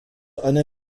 einer